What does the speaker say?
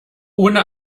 ohne